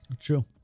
True